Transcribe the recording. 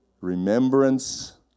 remembrance